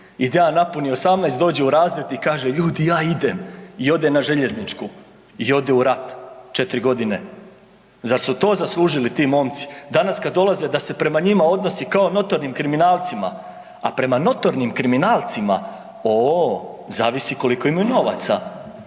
I Dean napuni u razred i kaže ljudi ja idem i ode na željeznički i ode u rat, 4 godine. Zar su to zaslužili ti momci? Danas kad dolaze da se prema njima odnosi kao notornim kriminalcima, a prema notornim kriminalcima o zavisi koliko imaju novaca,